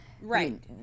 Right